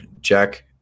Jack